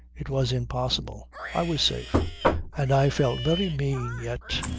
it was impossible i was safe and i felt very mean, yet,